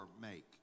make